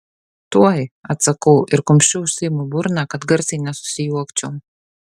tuoj atsakau ir kumščiu užsiimu burną kad garsiai nesusijuokčiau